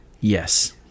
Yes